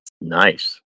Nice